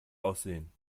aussehen